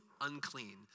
unclean